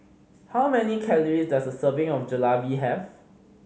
how many calories does a serving of Jalebi have